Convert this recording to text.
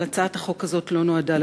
אבל הצעת החוק הזאת לא נועדה,